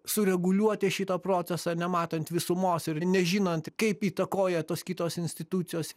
sureguliuoti šita procesą nematant visumos ir nežinant kaip įtakoja tos kitos institucijos